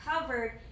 covered